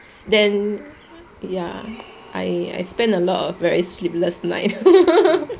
then ya I I spend a lot of very sleepless night